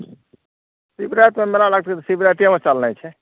शिवरातिमे मेला लगतै तऽ शिवराइतेमे चलनाइ छै